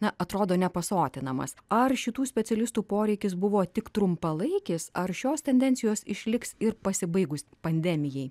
na atrodo nepasotinamas ar šitų specialistų poreikis buvo tik trumpalaikis ar šios tendencijos išliks ir pasibaigus pandemijai